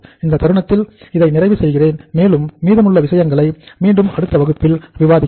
இந்த தருணத்தில் இதை நிறைவு செய்கிறேன் மேலும் மீதமுள்ள விஷயங்களை மீண்டும் அடுத்த வகுப்பில் விவாதிக்கலாம்